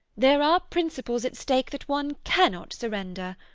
there are principles at stake that one cannot surrender.